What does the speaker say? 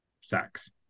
sex